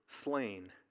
slain